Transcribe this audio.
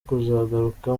kuzagaruka